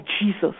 Jesus